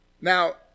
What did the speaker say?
Now